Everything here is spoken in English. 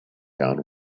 down